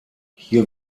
hier